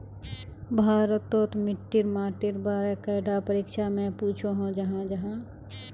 भारत तोत मिट्टी माटिर बारे कैडा परीक्षा में पुछोहो जाहा जाहा?